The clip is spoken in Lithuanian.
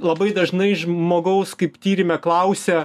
labai dažnai žmogaus kaip tyrime klausia